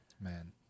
Man